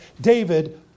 David